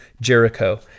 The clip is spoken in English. Jericho